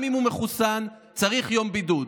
גם אם הוא מחוסן, צריך יום בידוד.